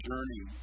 journey